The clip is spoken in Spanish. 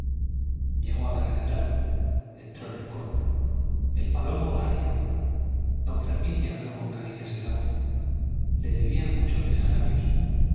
llegó a la catedral entró en el coro el palomo barría don fermín le habló con caricias en la voz le debía muchos desagravios